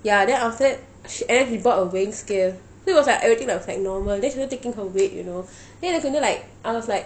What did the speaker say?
ya then after that she and then she bought a weighing scale so it was like everything was like normal then she go taking her weight you know then எனக்கு வந்து:enakku vanthu like I was like